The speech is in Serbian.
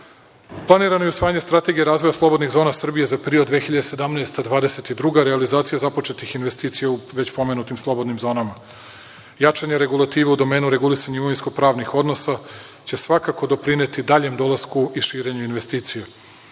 Planirano je i usvajanje strategije razvoja slobodnih zona Srbije za period 2017. – 2022. godine. Realizacija započetih investicija je u već pomenutim slobodnim zonama. Jačanje regulative u domenu regulisanja imovinsko-pravnih odnosa će svakako doprineti daljem dolasku i širenju investicija.